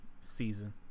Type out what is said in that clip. season